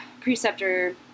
preceptor